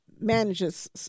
manages